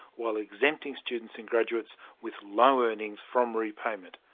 while exempting students and graduates with low earnings from repayment.